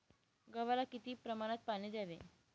गव्हाला किती प्रमाणात पाणी द्यावे?